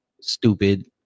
stupid